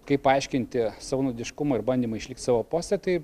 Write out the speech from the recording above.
kaip paaiškinti savanaudiškumą ir bandymą išlikt savo poste tai